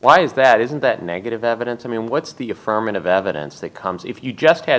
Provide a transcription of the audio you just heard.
why is that isn't that negative evidence i mean what's the affirmative evidence that comes if you just had